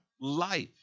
life